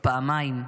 / פעמיים.